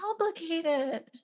complicated